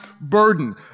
burden